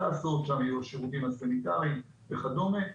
שם יהיו השירותים הסניטאריים וכדומה.